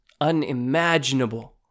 unimaginable